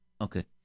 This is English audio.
Okay